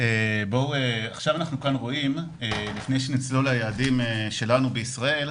לפני שנצלול ליעדים שלנו בישראל,